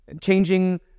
changing